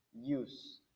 use